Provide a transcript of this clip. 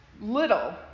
little